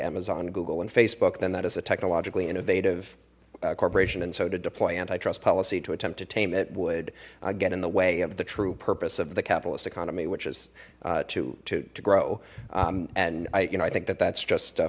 amazon google and facebook then that is a technologically innovative corporation and so did deploy antitrust policy to attempt to tame it would get in the way of the true purpose of the capitalist economy which is to to grow and i you know i think that that's just